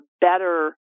better